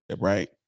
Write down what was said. right